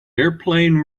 airplane